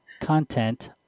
content